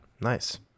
nice